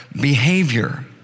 behavior